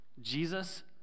Jesus